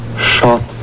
Shot